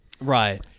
Right